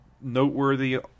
noteworthy